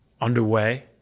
underway